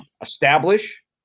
Establish